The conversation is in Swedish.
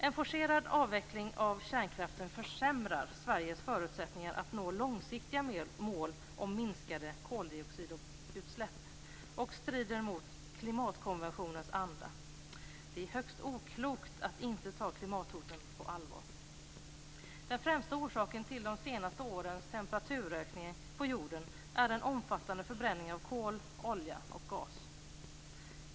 En forcerad avveckling av kärnkraften försämrar Sveriges förutsättningar att nå långsiktiga mål om minskade koldioxidutsläpp och strider mot klimatkonventionens anda. Det är högst oklokt att inte ta klimathoten på allvar. Den främsta orsaken till de senaste årens temperaturökning på jorden är den omfattande förbränningen av kol, olja och gas.